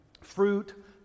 fruit